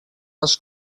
les